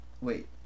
Wait